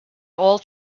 all